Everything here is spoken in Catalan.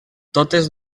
totes